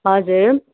हजुर